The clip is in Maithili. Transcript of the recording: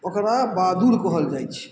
ओकरा बादुर कहल जाइ छै